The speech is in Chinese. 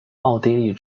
奥地利